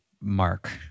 mark